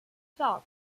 cinq